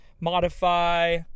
modify